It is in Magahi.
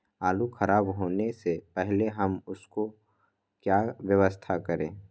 आलू खराब होने से पहले हम उसको क्या व्यवस्था करें?